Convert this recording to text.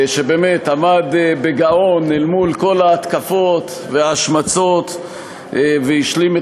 שבאמת עמד בגאון אל מול כל ההתקפות וההשמצות והשלים את